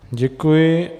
Děkuji.